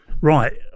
right